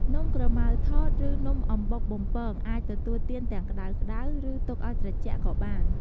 នំក្រម៉ៅថត ឬ នំអំបុកបំពង អាចទទួលទានទាំងក្តៅៗ ឬទុកឲ្យត្រជាក់ក៏បាន។